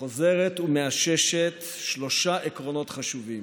חוזרת ומאששת שלושה עקרונות חשובים,